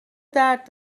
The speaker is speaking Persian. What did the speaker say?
درد